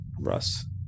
Russ